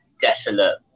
desolate